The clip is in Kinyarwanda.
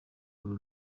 uru